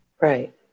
Right